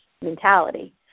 mentality